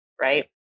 right